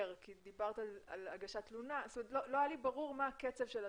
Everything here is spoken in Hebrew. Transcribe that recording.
לא היה לי ברור מה קצב הדברים,